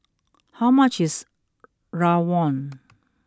how much is Rawon